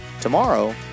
Tomorrow